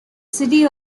city